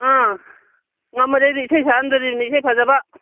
ꯑꯥ ꯉꯝꯃꯗꯤ ꯑꯩꯗꯤ ꯏꯁꯩ ꯁꯛꯍꯟꯗꯣꯔꯤꯅꯤ ꯏꯁꯩ ꯐꯖꯕ